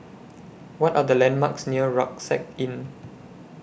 What Are The landmarks near Rucksack Inn